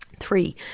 Three